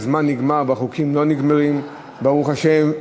הזמן נגמר והחוקים לא נגמרים, ברוך השם.